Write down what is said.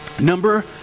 Number